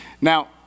Now